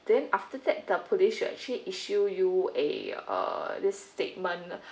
then after that the police will actually issue you a uh this statement uh